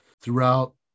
throughout